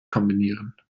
kombinieren